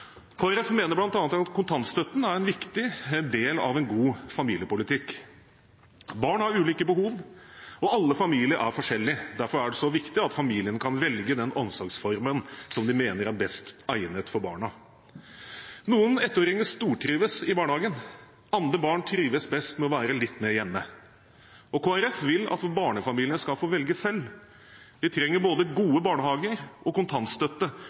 Folkeparti mener bl.a. at kontantstøtten er en viktig del av en god familiepolitikk. Barn har ulike behov, og alle familier er forskjellige. Derfor er det så viktig at familiene kan velge den omsorgsformen som de mener er best egnet for barna. Noen ettåringer stortrives i barnehagen, andre barn trives best med å være litt mer hjemme, og Kristelig Folkeparti vil at barnefamiliene skal få velge selv. Vi trenger både gode barnehager og kontantstøtte,